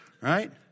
Right